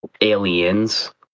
aliens